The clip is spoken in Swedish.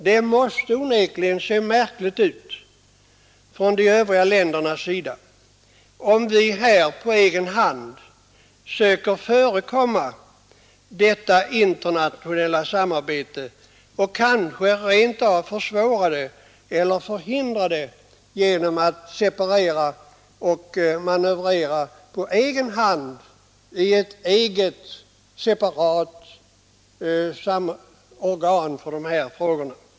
De övriga länderna måste onekligen uppfatta det som märkligt om vi på egen hand försöker förekomma detta internationella samarbete och kanske försvårar det eller rent av förhindrar det genom att manövrera på egen hand i ett separat svenskt organ för dessa frågor.